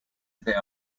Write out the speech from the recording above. there